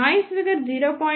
noise figure 0